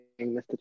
mr